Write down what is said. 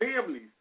Families